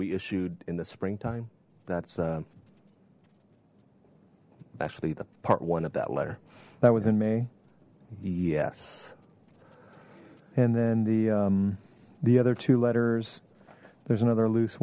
we issued in the springtime that's actually the part one of that letter that was in may yes and then the the other two letters there's another loose